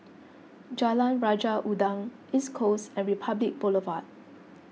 Jalan Raja Udang East Coast and Republic Boulevard